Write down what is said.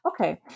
Okay